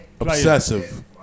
Obsessive